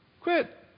Quit